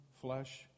flesh